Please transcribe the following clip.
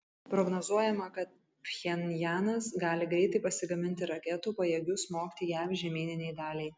prognozuojama kad pchenjanas gali greitai pasigaminti raketų pajėgių smogti jav žemyninei daliai